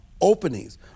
openings